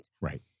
Right